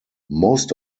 most